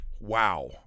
Wow